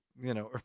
you know, ah